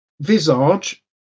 Visage